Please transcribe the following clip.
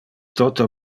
toto